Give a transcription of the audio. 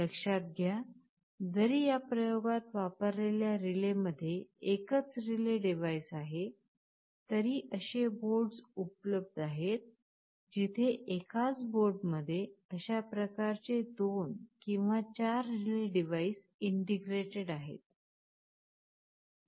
लक्षात घ्या जरी या प्रयोगात वापरलेल्या रिले मध्ये एकच रिले डिव्हाइस आहे तरी अशे बोर्ड उपलब्ध आहेत जिथे एकाच बोर्ड मध्ये अश्या प्रकारचे 2 किंवा 4 रिले डिव्हाइस इंटिग्रेटेड आहेत